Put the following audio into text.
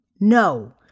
No